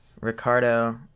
Ricardo